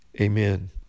Amen